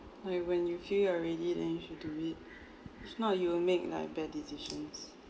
when when you feel you're ready then you should do it if not you will make like bad decisions